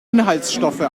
inhaltsstoffe